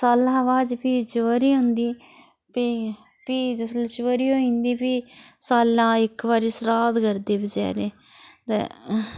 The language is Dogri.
साला हा बाद च फ्ही चबह्री होंदी फ्ही फ्ही जिसलै चबह्री होईं जंदी फ्ही साला इक बारी सराद करदे बचारे ते